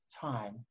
time